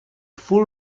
full